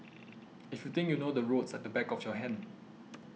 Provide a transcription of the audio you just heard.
if you think you know the roads like the back of your hand